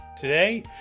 today